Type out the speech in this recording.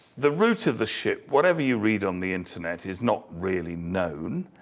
the route of the ship, whatever you read on the internet, is not really known.